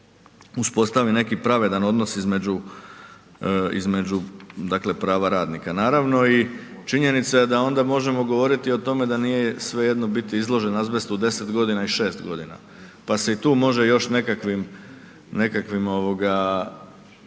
uspostavi neki pravedan odnos između prava radnika. Naravno i činjenica je da onda možemo govoriti o tome da nije svejedno biti izložen azbestu deset godina i šest godina pa se i tu može još nekakvim